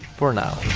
for now.